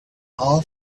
all